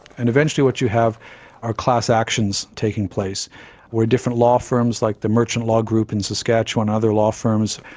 and eventually what you have are class actions taking place where different law firms like the merchant law group in saskatchewan, other law firms,